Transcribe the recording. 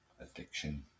Addiction